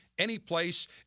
Anyplace